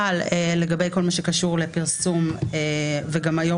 אבל לגבי כל מה שקשור לפרסום גם היו"ר